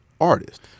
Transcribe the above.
artist